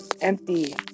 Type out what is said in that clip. empty